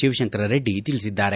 ಶಿವಶಂಕರ ರೆಡ್ಡಿ ತಿಳಿಸಿದ್ದಾರೆ